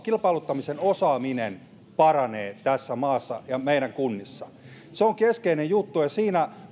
kilpailuttamisen osaaminen paranee tässä maassa ja meidän kunnissamme se on keskeinen juttu ja siinä